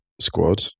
squad